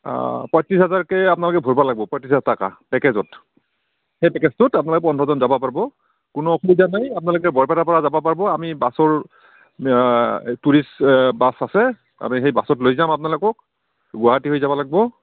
অঁ পঁয়ত্ৰিছ হাজাৰকৈ আপোনালোকে ভৰিব লাগব পঁয়ত্ৰিছ হাজাৰ টকা পেকেজত সেই পেকেজটোত আপোনালোক পোন্ধৰজন যাব পাৰিব কোনো অসুবিধা নাই আপোনালোকে বৰপেটাৰ পৰা যাব পাৰিব আমি বাছৰ টুৰিষ্ট বাছ আছে আমি সেই বাছত লৈ যাম আপোনালোকক গুৱাহাটী হৈ যাব লাগিব